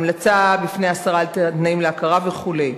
המלצה בפני השרה על תנאים להכרה וכו'.